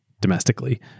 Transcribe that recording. domestically